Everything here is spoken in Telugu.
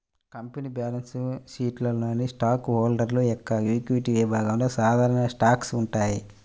కంపెనీ బ్యాలెన్స్ షీట్లోని స్టాక్ హోల్డర్ యొక్క ఈక్విటీ విభాగంలో సాధారణ స్టాక్స్ ఉంటాయి